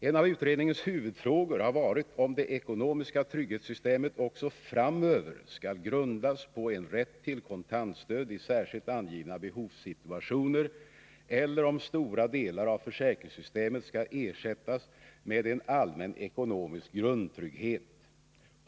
En av utredningens huvudfrågor har varit om det ekonomiska trygghetssystemet också framöver skall grundas på en rätt till kontantstöd i särskilt angivna behovssituationer eller om stora delar av försäkringssystemet skall ersättas med en allmän ekonomisk grundtrygghet.